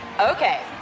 okay